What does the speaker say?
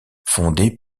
fondée